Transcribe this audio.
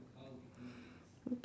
o~